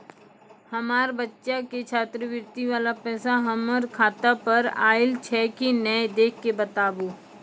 हमार बच्चा के छात्रवृत्ति वाला पैसा हमर खाता पर आयल छै कि नैय देख के बताबू?